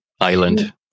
island